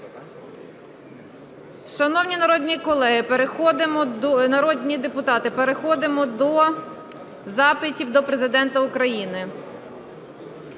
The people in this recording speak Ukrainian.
Шановні народні депутати, переходимо до запитів до Президента України.